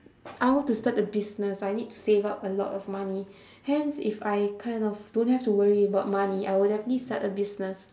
I want to start a business I need to save up a lot of money hence if I kind of don't have to worry about money I will definitely start a business